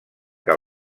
que